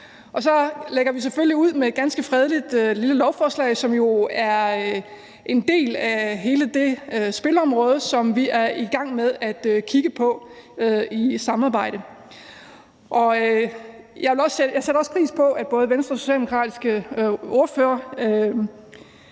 Så lægger vi selvfølgelig ud med et ganske fredeligt lille lovforslag, som jo er en del af hele det spilområde, som vi er i gang med at kigge på sammen. Jeg sætter også pris på, at både Venstres og Socialdemokratiets ordfører